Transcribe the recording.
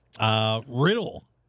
Riddle